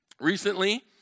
Recently